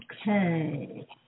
Okay